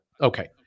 Okay